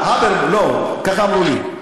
לא, ככה אמרו לי.